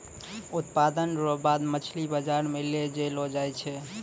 उत्पादन रो बाद मछली बाजार मे लै जैलो जाय छै